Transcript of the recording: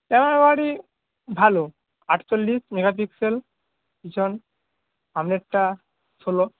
camera quality ভালো আটচল্লিশ megapixel পিছন সামনেরটা ষোলো